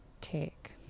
take